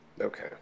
okay